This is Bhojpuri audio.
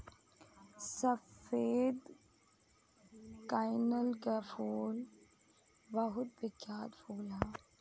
सफेद कनईल के फूल बहुत बिख्यात फूल ह